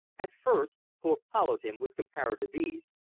at first thorpe followed him with comparative ease,